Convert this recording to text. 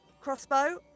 crossbow